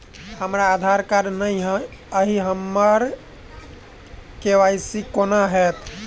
हमरा आधार कार्ड नै अई हम्मर के.वाई.सी कोना हैत?